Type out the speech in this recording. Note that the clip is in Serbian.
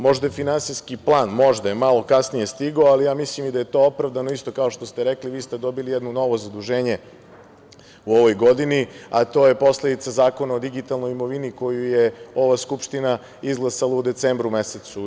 Možda je finansijski plan, možda je malo kasnije stigao, ali mislim i da je to opravdano, isto kao što ste rekli, vi ste dobili jedno novo zaduženje u ovoj godini, a to je posledica Zakona o digitalnoj imovini, koju je ova Skupština izglasala u decembru mesecu.